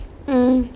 mm